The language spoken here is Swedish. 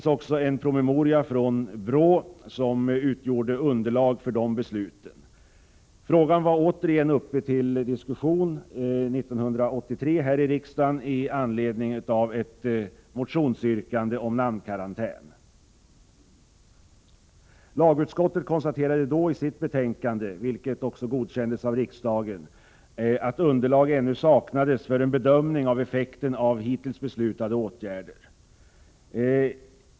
a. en promemoria från BRÅ utgjorde underlag för dessa beslut. År 1983 var frågan återigen uppe till diskussion här i riksdagen med anledning av ett motionsyrkande om namnkarantän. Lagutskottet konstaterade då i sitt betänkande — utskottets hemställan bifölls av riksdagen — att underlag ännu saknades för en bedömning av effekten av hittills beslutade åtgärder.